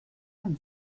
your